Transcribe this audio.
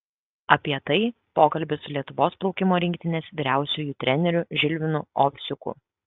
apie tai pokalbis su lietuvos plaukimo rinktinės vyriausiuoju treneriu žilvinu ovsiuku